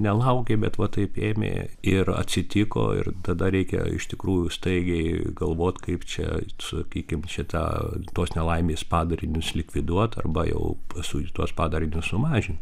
nelaukė bet va taip ėmė ir atsitiko ir tada reikia iš tikrųjų staigiai galvot kaip čia sakykim šitą tos nelaimės padarinius likviduot arba jau paskui tuos padarinius sumažint